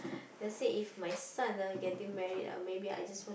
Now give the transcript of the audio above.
let's say if my son ah getting married ah maybe I just want